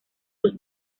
sus